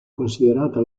considerata